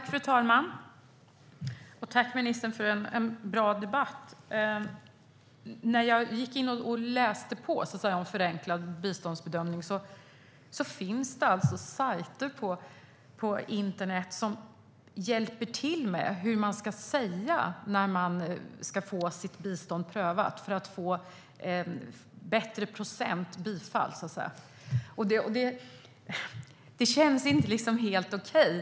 Fru talman! Tack, ministern, för en bra debatt! När jag läste på om förenklad biståndsbedömning såg jag att det finns sajter på internet där det går att få hjälp med vad man ska säga för att få högre procents chans till bifall. Det känns inte helt okej.